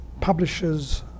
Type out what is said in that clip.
Publishers